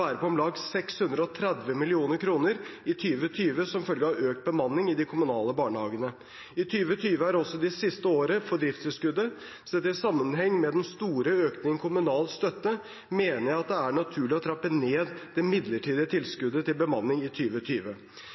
på om lag 630 mill. kr i 2020 som følge av økt bemanning i de kommunale barnehagene. 2020 er også det siste året for driftstilskuddet. Sett i sammenheng med den store økningen i kommunal støtte mener jeg det er naturlig å trappe ned det midlertidige tilskuddet til bemanning i